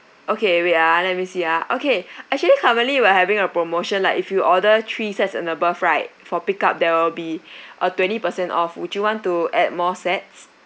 okay wait ah let me see ah okay actually currently we're having a promotion like if you order three sets and above right for pick up there will be a twenty percent off would you want to add more sets